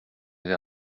avez